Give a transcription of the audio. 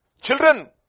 Children